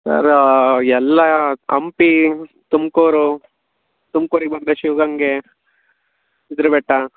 sir ಎಲ್ಲ ಹಂಪಿ ತುಮಕೂರು ತುಮ್ಕೂರಿಗೆ ಬಂದರೆ ಶಿವಗಂಗೆ ಸಿದ್ರ ಬೆಟ್ಟ